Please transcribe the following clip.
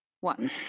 One